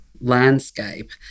landscape